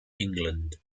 england